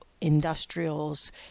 industrials